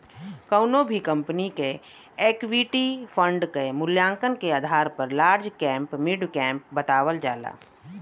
कउनो भी कंपनी क इक्विटी फण्ड क मूल्यांकन के आधार पर लार्ज कैप मिड कैप बतावल जाला